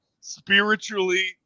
spiritually